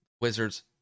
Wizards